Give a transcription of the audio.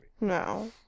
No